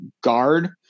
guard